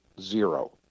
zero